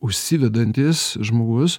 užsivedantis žmogus